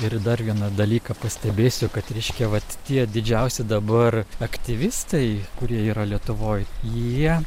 ir dar vieną dalyką pastebėsiu kad reiškia vat tie didžiausi dabar aktyvistai kurie yra lietuvoj jie